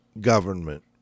government